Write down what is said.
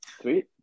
sweet